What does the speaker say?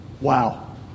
Wow